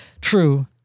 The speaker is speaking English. true